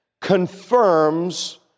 confirms